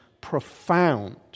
profound